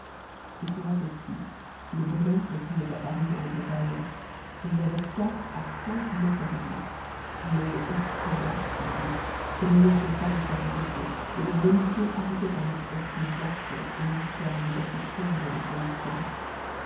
et souvent aussi le bonhomme continuait à parler en broyant et il y avait quatre à cinq mots perdus mots effrayants sans doute que nous n'osions pas lui faire répéter et dont l'omission ajoutait un mystère plus affreux aux mystères déjà si sombres de son histoire